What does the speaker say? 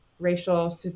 racial